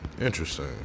Interesting